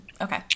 Okay